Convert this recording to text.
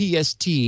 PST